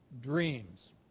dreams